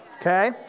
Okay